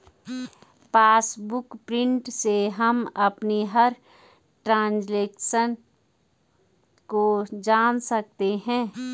passbook print से हम अपनी हर ट्रांजेक्शन को जान सकते है